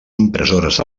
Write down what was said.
impressores